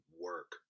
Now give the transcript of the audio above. work